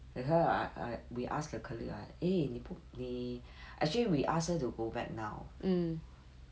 that's why I I we asked the colleague right eh 你不你 actually we ask her to go back now